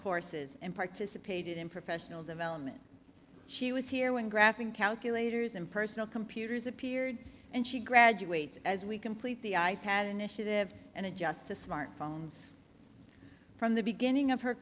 courses and participated in professional development she was here when graphing calculators and personal computers appeared and she graduates as we complete the i pad initiative and adjusts to smartphones from the beginning of her